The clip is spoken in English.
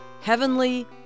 Heavenly